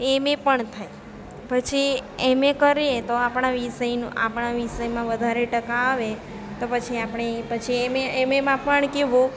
MA પણ થાય પછી એમએ કરીએ તો આપણા વિષય આપણા વિષયમાં વધારે ટકા આવે તો પછી આપણે પછી એમએ એમએમાં પણ કેવું